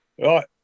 Right